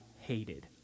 hated